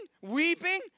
weeping